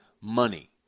money